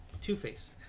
Two-Face